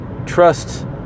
Trust